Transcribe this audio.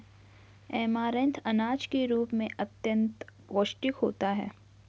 amaranth अनाज के रूप में अत्यंत पौष्टिक होता है